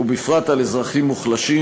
ובפרט על אזרחים מוחלשים,